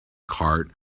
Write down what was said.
cart